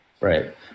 Right